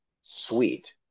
sweet